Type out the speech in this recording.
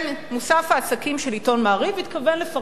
מוסף העסקים של עיתון "מעריב" התכוון לפרסם או